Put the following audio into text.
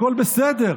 הכול בסדר.